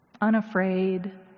Unafraid